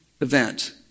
event